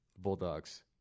Bulldogs